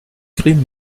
crime